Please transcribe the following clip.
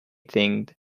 thinged